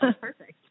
perfect